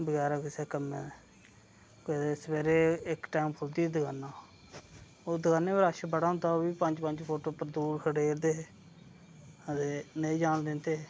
बगैर किसे कम्मै दे कदें सवेरे इक टैम खुलदी ही दकानां ओह् दकानै पर रश बड़ा होना ओह् बी पंज पंज फोट्ट उप्पर दुर खडेरदे हे ते नेईं जान दिंदे हे